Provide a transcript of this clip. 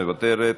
מוותרת.